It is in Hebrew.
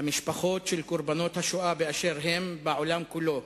למשפחות של קורבנות השואה באשר הן בעולם כולו,